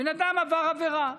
בן אדם עבר עבירה,